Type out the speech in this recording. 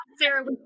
Sarah